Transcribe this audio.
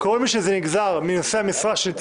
זה יחול על כל מי שנגזר מנושאי המשרה שציינתי,